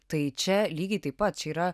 tai čia lygiai taip pat čia yra